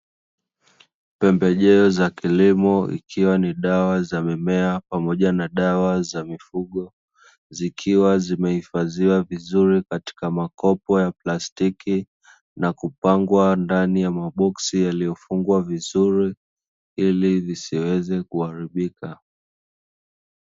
Pembejeo za kilimo, ikiwa ni dawa za mimea pamoja na dawa za mifugo, zikiwa zimehifadhiwa vizuri katika makopo ya plastiki na kupangwa ndani ya maboksi yaliyofungwa vizuri, ili visiweze kuharibika.